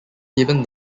given